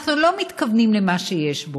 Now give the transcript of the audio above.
אנחנו לא מתכוונים למה שיש בו.